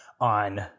on